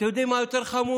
אתם יודעים מה יותר חמור,